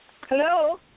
Hello